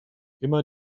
immer